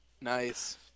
nice